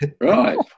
Right